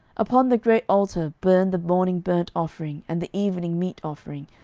upon the great altar burn the morning burnt offering, and the evening meat offering,